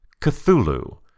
Cthulhu